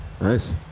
Nice